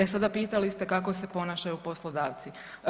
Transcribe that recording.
E sada pitali ste kako se ponašaju poslodavci?